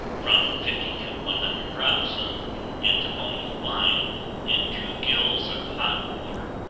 from fifty to one hundred drops of antimonial wine and two gills of hot water